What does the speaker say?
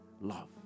love